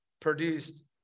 produced